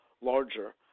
larger